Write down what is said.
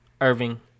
Irving